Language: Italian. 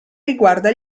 riguarda